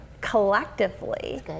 collectively